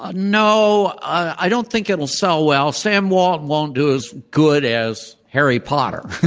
ah no, i don't think it'll sell well. sam walton won't do as good as harry potter.